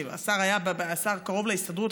השר קרוב להסתדרות,